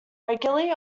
regularly